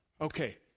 Okay